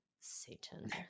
Satan